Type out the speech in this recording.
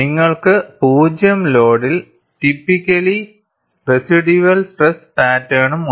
നിങ്ങൾക്ക് പൂജ്യം ലോഡിൽ ടിപ്പിക്കലി റെസിഡ്യൂവൽ സ്ട്രെസ് പാറ്റേണും ഉണ്ട്